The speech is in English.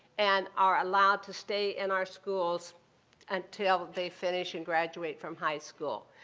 and are allowed to stay in our schools until they finish and graduate from high school.